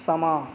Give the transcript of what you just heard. ਸਮਾਂ